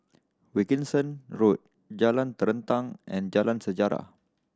Wilkinson Road Jalan Terentang and Jalan Sejarah